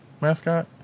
mascot